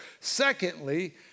Secondly